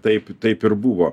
taip taip ir buvo